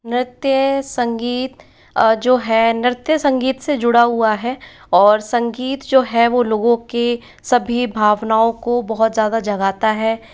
नृत्य संगीत जो है नृत्य संगीत से जुड़ा हुआ है और संगीत जो है वो लोगों के सभी भावनाओं को बहुत ज़्यादा जगाता है